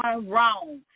wrong